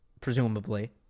presumably